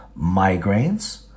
migraines